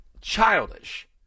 childish